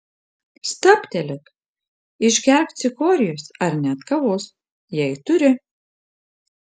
stabtelėk išgerk cikorijos ar net kavos jei turi